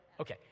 Okay